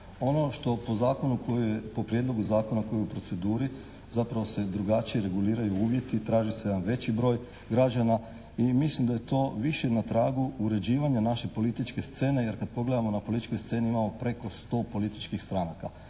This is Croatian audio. zakonu, po prijedlogu zakona koji je u proceduri zapravo se drugačije reguliraju uvjeti, traži se jedan veći broj građana i mislim da je to više na tragu uređivanja naše političke scene jer kad pogledamo na političkoj sceni imamo preko 100 političkih stranaka.